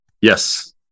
Yes